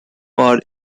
bar